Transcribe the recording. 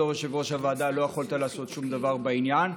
בתור יושב-ראש הוועדה לא יכולת לעשות שום דבר בעניין,